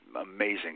amazing